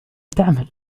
تعمل